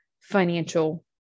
financial